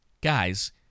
guys